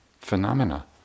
phenomena